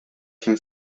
się